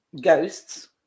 ghosts